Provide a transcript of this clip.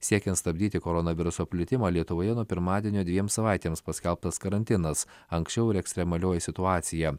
siekiant stabdyti koronaviruso plitimą lietuvoje nuo pirmadienio dviem savaitėms paskelbtas karantinas anksčiau ir ekstremalioji situacija